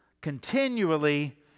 continually